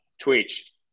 Twitch